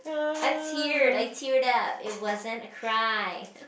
I teared I teared up it wasn't a cry